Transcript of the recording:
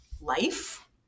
life